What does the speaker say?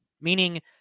meaning